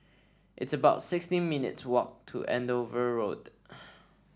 it's about sixteen minutes' walk to Andover Road